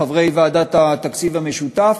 חברי ועדת התקציב המשותף,